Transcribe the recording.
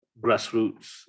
grassroots